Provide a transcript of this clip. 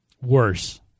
Worse